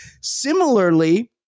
Similarly